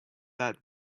that